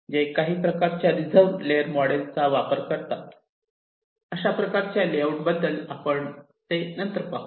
जे काही प्रकारच्या रिझर्व लेयर मॉडेलचा वापर करतात अशा प्रकारच्या लेआउटमध्ये बदल करतात जे आपण नंतर पाहू